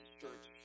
church